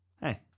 hey